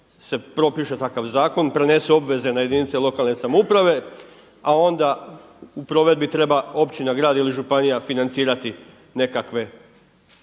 se propiše takav zakon, prenesu obveze na jedinice lokalne samouprave, a onda u provedbi treba općina, grad ili županija financirati nekakve